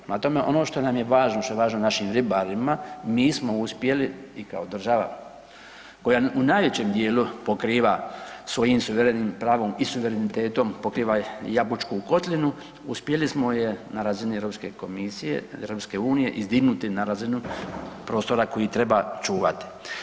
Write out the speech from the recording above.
Prema tome, ono što nam je važno, što je važno našim ribarima, mi smo uspjeli i kao država koja u najvećem djelu pokriva svojim suverenim pravom i suverenitetom, pokriva Jabučku kotlinu, uspjeli smo je na razini Europske komisije, EU-a, izdignuti na razinu prostora koji treba čuvati.